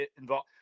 involved